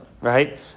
right